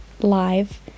live